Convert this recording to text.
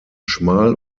schmal